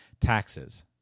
taxes